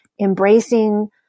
embracing